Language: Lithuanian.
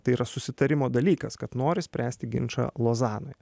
tai yra susitarimo dalykas kad nori spręsti ginčą lozanoje